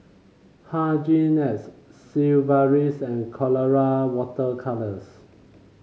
Hygin X Sigvaris and Colora Water Colours